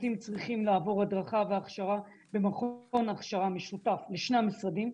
הצוותים צריכים לעבור הדרכה והכשרה במכון הכשרה משותף לשני המשרדים,